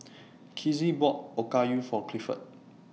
Kizzy bought Okayu For Clifford